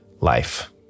life